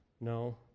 No